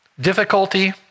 Difficulty